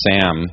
Sam